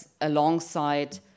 alongside